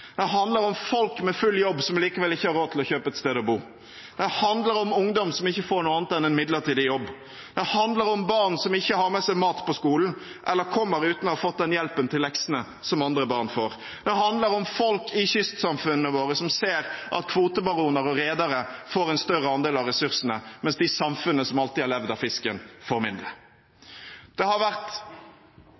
handler om folk med full jobb som allikevel ikke har råd til å kjøpe et sted å bo. Den handler om ungdom som ikke får noe annet enn en midlertidig jobb. Den handler om barn som ikke har med seg mat på skolen, eller som kommer uten å ha fått den hjelpen med leksene som andre barn får. Den handler om folk i kystsamfunnene våre som ser at kvotebaroner og redere får en større andel av ressursene, mens de samfunnene som alltid har levd av fisken, får mindre. Det har vært